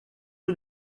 rue